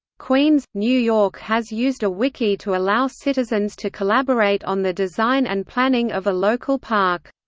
queens, new york has used a wiki to allow citizens to collaborate on the design and planning of a local park.